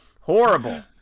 Horrible